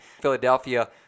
Philadelphia